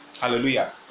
Hallelujah